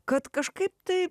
kad kažkaip taip